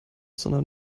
sondern